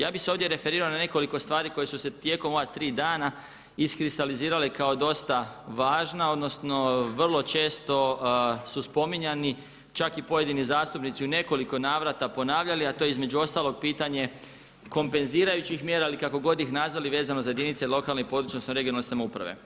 Ja bih se ovdje referirao na nekoliko stvari koje su se tijekom ova tri dana iskristalizirale kao dosta važna odnosno vrlo često su spominjani, čak i pojedini zastupnici u nekoliko navrata ponavljali, a to je između ostaloga pitanje kompenzirajućih mjera ili kako god ih nazvali vezano za jedinice lokalne i područne (regionalne) samouprave.